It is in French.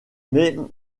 mais